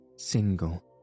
single